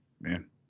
man